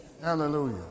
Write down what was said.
Hallelujah